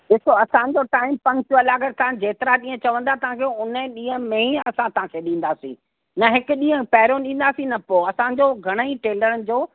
ॾिसो असांजो time punctual आहे अगरि तव्हां जेतिरा ॾींहं चवंदा तव्हां खे उन ॾींहं में ई असां तव्हां खे ॾींदासीं न हिकु ॾींहुं पहिरों ॾींदासीं न पोइ असांजो घणई टेलरनि जो